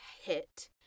hit